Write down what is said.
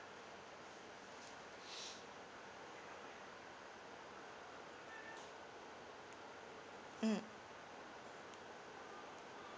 mm